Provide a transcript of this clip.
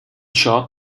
ciò